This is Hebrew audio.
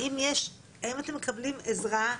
האם אתם מקבלים עזרה?